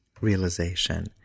realization